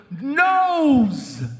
knows